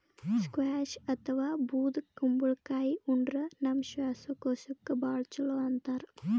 squash ಅಥವಾ ಬೂದ್ ಕುಂಬಳಕಾಯಿ ಉಂಡ್ರ ನಮ್ ಶ್ವಾಸಕೋಶಕ್ಕ್ ಭಾಳ್ ಛಲೋ ಅಂತಾರ್